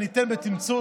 אני אתן בתמצות,